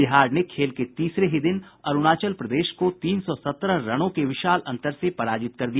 बिहार ने खेल के तीसरे ही दिन अरूणाचल प्रदेश को तीन सौ सत्रह रनों के विशाल अंतर से पराजित कर दिया